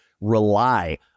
rely